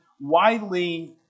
widely